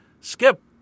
Skip